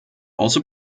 also